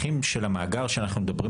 ונדרש לעמוד